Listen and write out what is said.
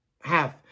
half